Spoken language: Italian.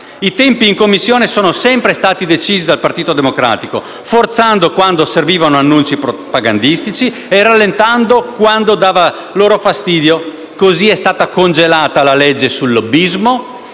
I tempi in Commissione sono sempre stati decisi dal Partito Democratico, forzando quando servivano annunci propagandastici e rallentando quando dava loro fastidio. Così sono stati congelati la legge sul lobbismo,